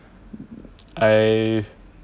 I